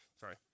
Sorry